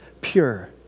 pure